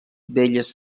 belles